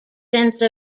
since